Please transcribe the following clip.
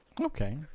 Okay